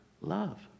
love